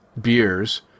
beers